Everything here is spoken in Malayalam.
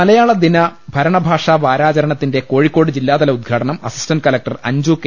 മലയാളദിന ഭരണഭാഷാ വാരാചരണത്തിന്റെ കോഴിക്കോട് ജില്ലാതല ഉദ് ഘാടനം അസിസ്റ്റന്റ് കലക്ടർ അഞ്ജു കെ